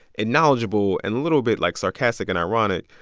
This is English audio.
and knowledgeable and a little bit, like, sarcastic and ironic.